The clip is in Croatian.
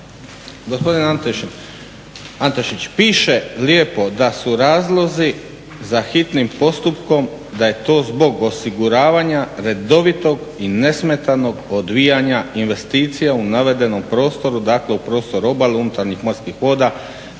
Gospodine Antešić, piše lijepo da su razlozi za hitnim postupkom da je to zbog osiguranja redovitog i nesmetanog odvijanja investicija u navedenom prostoru dakle u prostor obala, unutarnjih morskih voda,